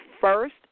first